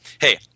Hey